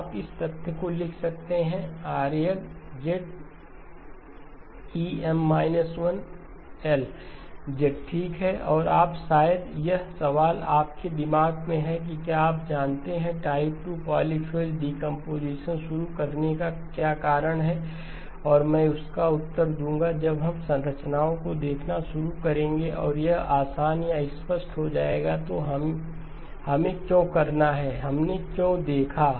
आप इस तथ्य को लिख सकते हैं किRl EM 1 l ठीक है और अब शायद यह सवाल आपके दिमाग में है कि क्या आप जानते हैं कि टाइप 2 पॉलीफ़ेज़ डीकंपोजीशन शुरू करने का क्या कारण है और मैं इसका उत्तर दूंगा जब हम संरचनाओं को देखना शुरू करेंगे और यह आसान या स्पष्ट हो जाएगा तो हमें क्यों करना है हमने क्यों देखा